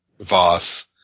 Voss